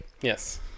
Yes